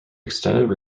extended